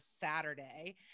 Saturday